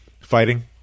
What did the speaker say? Fighting